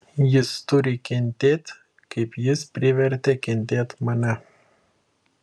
jis turi kentėt kaip jis privertė kentėt mane